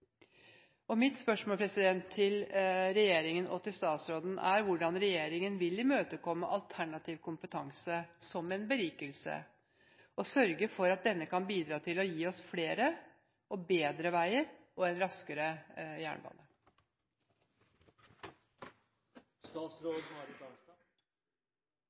Mitt spørsmål til regjeringen og statsråden er: Hvordan vil regjeringen imøtekomme alternativ kompetanse som en berikelse, og sørge for at denne kan bidra til å gi oss flere og bedre veier – og en raskere jernbane?